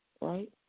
right